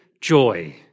joy